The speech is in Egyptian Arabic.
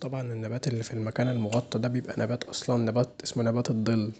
طبعاالنبات اللي بيبقي في المكان المغطي د بيبقي نبات اصلا اسمه نبات الضل